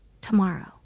tomorrow